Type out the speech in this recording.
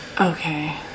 Okay